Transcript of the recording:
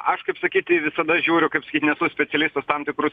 aš kaip sakyti visada žiūriu kaip sakyt nesu specialistas tam tikrų